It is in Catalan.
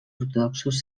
ortodoxos